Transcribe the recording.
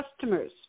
customers